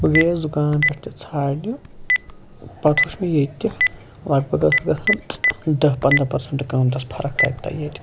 بہٕ گٔیَس دُکانَن پٮ۪ٹھ تہِ ژھانٛرنہِ پَتہٕ وُچھ مےٚ ییٚتہِ تہِ لگ بگ ٲس اَتھ گژھان دہ پنٛداہ پٔرسَنٛٹ قۭمتَس فرق تَتہِ تہٕ ییٚتہِ